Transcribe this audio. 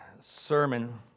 sermon